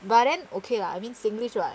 but then okay lah I mean singlish [what]